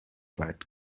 weit